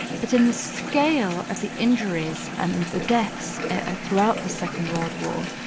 but in the scale of the injuries and the deaths ah throughout the second world war,